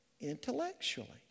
intellectually